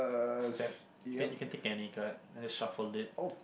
step you can you can take any card just shuffle it